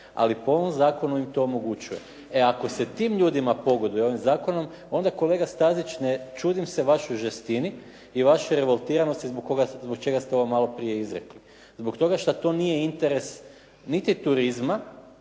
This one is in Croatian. Ali po ovom zakonu im to omogućuje. E ako se tim ljudima pogoduje ovim zakonom onda kolega Stazić ne čudim se vašoj žestini i vašoj revoltiranosti zbog čega ste ovo malo prije izrekli. Zbog toga što to nije interes niti turizma